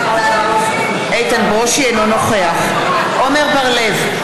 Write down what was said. אינו נוכח עמר בר-לב,